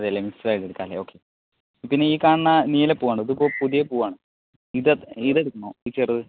അതെയല്ലേ മിക്സിഡായിട്ട് എടുക്കാമല്ലേ ഓക്കേ പിന്നെ ഈ കാണുന്ന നീലപ്പൂ കണ്ടോ ഇതിപ്പോൾ പുതിയ പൂവാണ് ഇത് ഇതെടുക്കണോ ഈ ചെറുത്